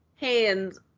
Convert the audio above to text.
hands